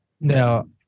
Now